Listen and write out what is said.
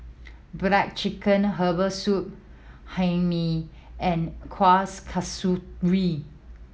black chicken herbal soup Hae Mee and Kuih Kasturi